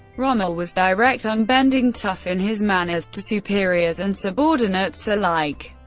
rommel was direct, unbending, tough in his manners, to superiors and subordinates alike,